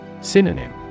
Synonym